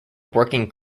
working